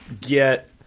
get